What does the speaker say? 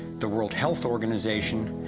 the world health organization,